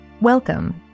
Welcome